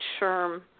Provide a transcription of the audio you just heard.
sherm